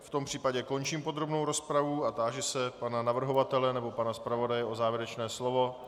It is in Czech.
V tom případě končím podrobnou rozpravu a táži se pana navrhovatele nebo pana zpravodaje o závěrečné slovo.